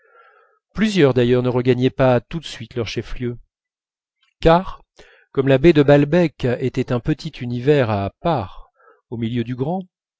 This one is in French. plusieurs d'ailleurs ne regagnaient pas tout de suite leur chef-lieu car comme la baie de balbec était un petit univers à part au milieu du grand